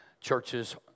churches